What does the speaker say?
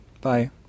Bye